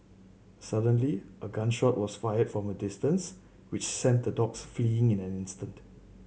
suddenly a gun shot was fired from a distance which sent the dogs fleeing in an instant